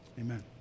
Amen